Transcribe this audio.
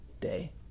day